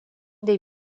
des